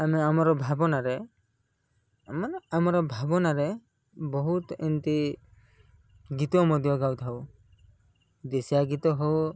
ଆମେ ଆମର ଭାବନାରେ ମାନେ ଆମର ଭାବନାରେ ବହୁତ ଏମତି ଗୀତ ମଧ୍ୟ ଗାଉ ଥାଉ ଦେଶୀଆ ଗୀତ ହଉ